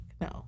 no